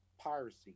piracy